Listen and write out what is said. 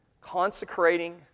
consecrating